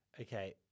Okay